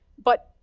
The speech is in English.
but,